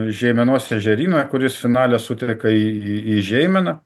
žeimenos ežeryną kuris finale suteka į į žeimeną